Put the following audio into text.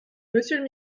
monsieur